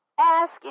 ask